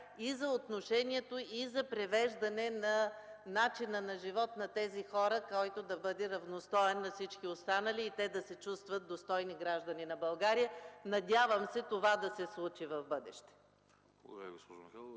за отношението и за привеждане на начина на живот на тези хора, който да бъде равностоен на всички останали, за да се чувстват достойни граждани на България. Надявам се това да се случи в бъдеще!